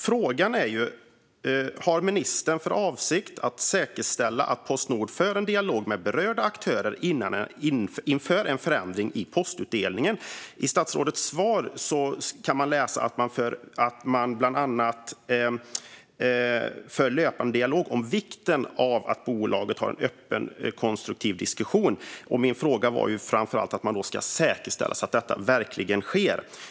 Frågan är: Har ministern för avsikt att säkerställa att Postnord för en dialog med berörda aktörer inför en förändring i postutdelningen? I statsrådets svar kan man läsa att man bland annat för en löpande dialog om vikten av att bolaget har en öppen och konstruktiv diskussion. Min fråga avsåg framför allt att man ska säkerställa att detta verkligen sker.